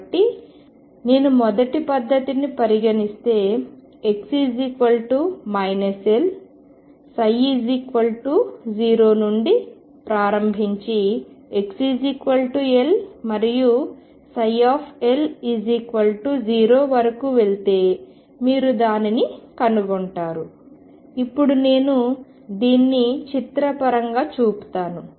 కాబట్టి నేను మొదటి పద్ధతిని పరిగణిస్తే x L ψ0 నుండి ప్రారంభించి xL మరియు L0 వరకు వెళితే మీరు దానిని కనుగొంటారు ఇప్పుడు నేను దీన్ని చిత్రపరంగా చూపుతాను